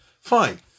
Fine